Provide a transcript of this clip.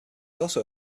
also